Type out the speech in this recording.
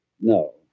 No